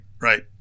Right